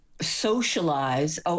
socialize